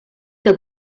que